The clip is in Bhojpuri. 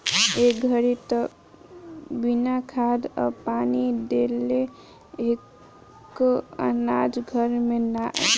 ए घड़ी त बिना खाद आ पानी देले एको अनाज घर में ना आई